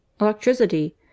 Electricity